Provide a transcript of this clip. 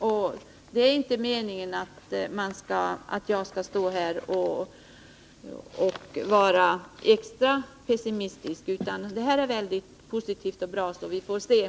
Jag vill inte vara pessimistisk i detta sammanhang, utan jag tycker att detta löfte är väldigt positivt och bra. Vi får sedan se hur det blir med uppfyllandet av det.